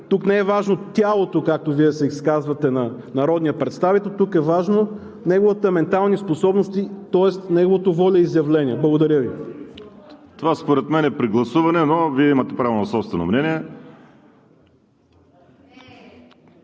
Тук не е важно тялото, както Вие се изказвате, на народния представител, тук са важни неговите ментални способности, тоест неговото волеизявление. Благодаря Ви. ПРЕДСЕДАТЕЛ ВАЛЕРИ СИМЕОНОВ: Това според мен е прегласуване, но Вие имате право на собствено мнение.